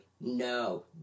No